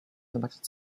zobaczyć